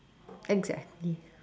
exactly